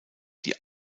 die